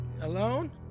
alone